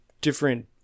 different